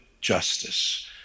justice